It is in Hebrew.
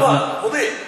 ביידיש.